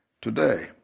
today